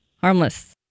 harmless